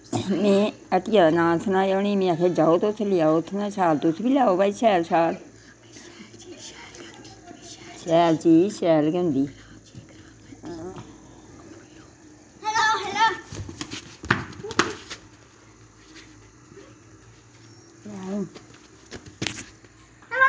ते में हट्टिया नांऽ सनाया उनेंगी में आखेया जाओ तुस लेआओ उत्थोआं शाल तुस बी लेओ भई शैल शाल शैल चीज शैल गै होंदी